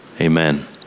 Amen